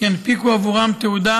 ינפיקו עבורם תעודה,